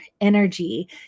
energy